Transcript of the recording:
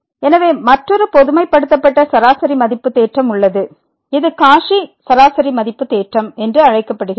எனவே மற்றொரு பொதுமைப்படுத்தப்பட்ட சராசரி மதிப்பு தேற்றம் உள்ளது இது காச்சி சராசரி மதிப்பு தேற்றம் என்றும் அழைக்கப்படுகிறது